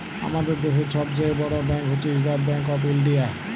আমাদের দ্যাশের ছব চাঁয়ে বড় ব্যাংক হছে রিসার্ভ ব্যাংক অফ ইলডিয়া